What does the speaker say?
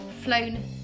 flown